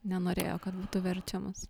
nenorėjo kad būtų verčiamas